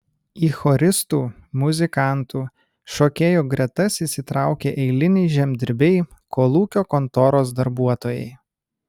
į choristų muzikantų šokėjų gretas įsitraukė eiliniai žemdirbiai kolūkio kontoros darbuotojai